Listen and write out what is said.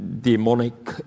demonic